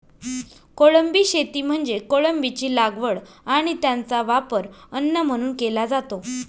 कोळंबी शेती म्हणजे कोळंबीची लागवड आणि त्याचा वापर अन्न म्हणून केला जातो